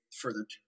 further